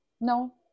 no